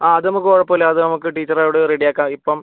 ആ അത് നമുക്ക് കുഴപ്പം ഇല്ല അത് നമുക്ക് ടീച്ചറോട് റെഡിയാക്കാ ഇപ്പം